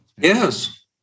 yes